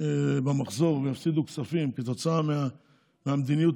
במחזור ויפסידו כספים כתוצאה מהמדיניות